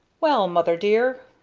well, mother, dear!